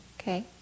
Okay